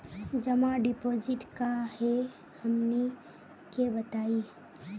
जमा डिपोजिट का हे हमनी के बताई?